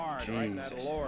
Jesus